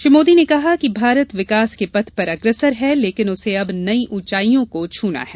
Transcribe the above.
श्री मोदी ने कहा कि भारत विकास के पथ पर अग्रसर है लेकिन उसे अब नई उंचाईयों को छूना है